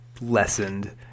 lessened